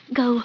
go